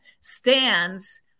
stands